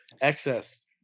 excess